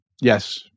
yes